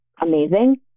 amazing